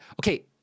Okay